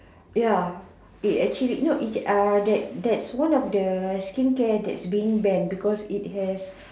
ya it actually no it's uh that that that's one of the skincare that's being banned because it has